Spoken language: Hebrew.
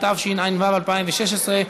התשע"ו 2016,